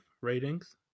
Ratings